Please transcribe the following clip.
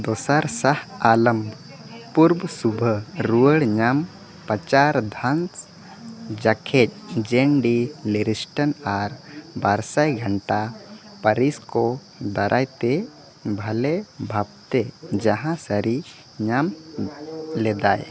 ᱫᱚᱥᱟᱨ ᱥᱟᱦ ᱟᱞᱚᱢ ᱯᱩᱨᱵᱚ ᱥᱩᱵᱷᱟᱹ ᱨᱩᱣᱟᱹᱲ ᱧᱟᱢ ᱯᱟᱪᱟᱨ ᱫᱷᱟᱱᱥ ᱡᱟᱠᱷᱮᱡ ᱡᱮᱱ ᱰᱤ ᱞᱤᱨᱤᱥᱴᱮᱱ ᱟᱨ ᱵᱟᱨ ᱥᱟᱭ ᱜᱷᱟᱱᱴᱟ ᱯᱟᱨᱤᱥᱠᱚ ᱫᱟᱨᱟᱭᱛᱮ ᱵᱷᱟᱞᱮ ᱵᱷᱟᱵᱽᱛᱮ ᱡᱟᱦᱟᱸ ᱥᱟᱹᱨᱤ ᱧᱟᱢ ᱞᱮᱫᱟᱭ